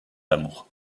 amour